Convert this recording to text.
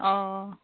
অ